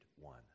One